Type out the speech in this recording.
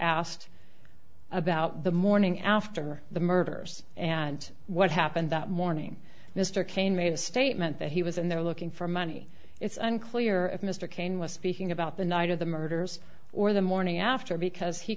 asked about the morning after the murders and what happened that morning mr kane made a statement that he was in there looking for money it's unclear if mr cain was speaking about the night of the murders or the morning after because he